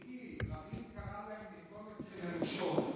מיקי, רבין קרא להם נפולת של נמושת,